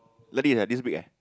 let it like this week eh